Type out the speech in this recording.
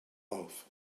auf